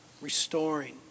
restoring